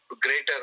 greater